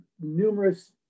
numerous